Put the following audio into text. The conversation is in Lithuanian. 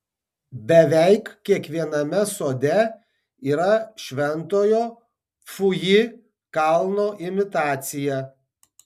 beveik kiekviename sode yra šventojo fuji kalno imitacija